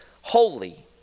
holy